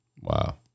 Wow